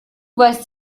weißt